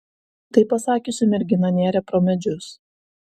tai pasakiusi mergina nėrė pro medžius